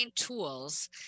tools